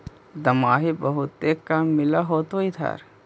दमाहि बहुते काम मिल होतो इधर?